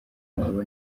umugabo